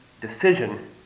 decision